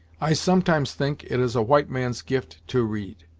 i sometimes think it is a white man's gift to read!